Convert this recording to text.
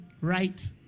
right